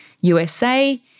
USA